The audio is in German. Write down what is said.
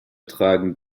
tragen